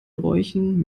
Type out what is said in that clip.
bräuchen